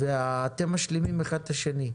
ואתם משלימים אחד את השני.